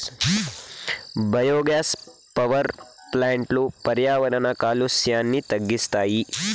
biogas power ప్లాంట్లు పర్యావరణ కాలుష్యాన్ని తగ్గిస్తాయి